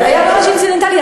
זה היה ממש אינצידנטלי,